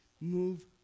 move